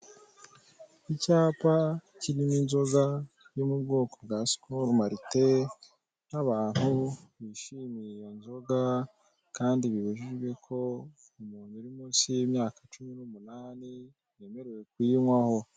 Icyapa kirimo inzoga yo mu bwoko bwa sikoro marite n'abantu bishimiye iyo nzoga kandi bibujijwe ko umuntu uri munsi y'imyaka cumi n'umunani ntiyemerewe kuyinywaho.